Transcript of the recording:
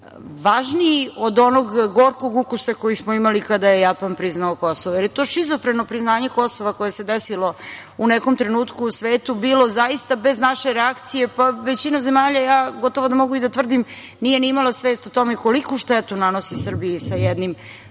važniji od onog gorkog ukusa koji smo imali kada je Japan priznao Kosovo. Jer, to šizofreno priznanje Kosova koje se desilo u nekom trenutku u svetu, bilo je zaista bez naše reakcije, pa većina zemalja, gotovo to mogu i da tvrdim, nije ni imala svest o tome koliku štetu nanosi Srbiji sa jednim